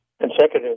consecutive